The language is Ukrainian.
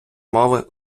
мови